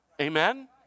Amen